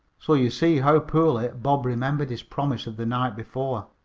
so you see how poorly bob remembered his promise of the night before,